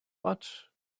but